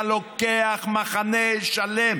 אתה לוקח מחנה שלם